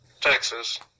Texas